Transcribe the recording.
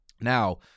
Now